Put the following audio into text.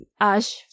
Ash